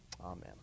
Amen